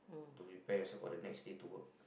to prepare yourself for the next day to work